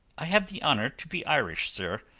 i have the honour to be irish, sir.